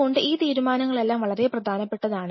അതുകൊണ്ട് ഈ തീരുമാനങ്ങളെല്ലാം വളരെ പ്രധാനപ്പെട്ടതാണ്